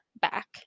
back